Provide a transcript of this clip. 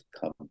come